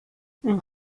une